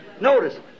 Notice